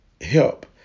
help